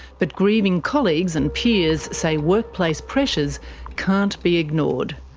but grieving colleagues and peers say workplace pressures can't be ignored.